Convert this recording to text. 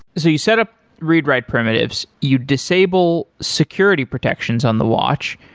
so you set up read write primitives. you disable security protections on the watch,